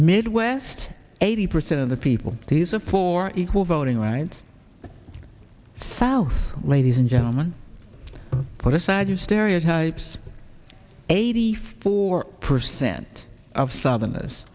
midwest eighty percent of the people these are for equal voting rights south ladies and gentlemen put aside stereotypes eighty four percent of southerners